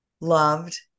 loved